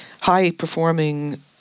high-performing